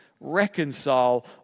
reconcile